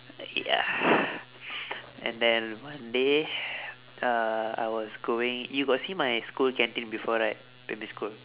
ya and then one day uh I was going you got see my school canteen before right primary school